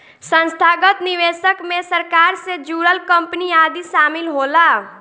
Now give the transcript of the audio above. संस्थागत निवेशक मे सरकार से जुड़ल कंपनी आदि शामिल होला